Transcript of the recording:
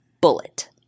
Bullet